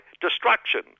destruction